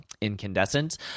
incandescent